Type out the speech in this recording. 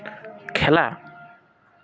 খেলা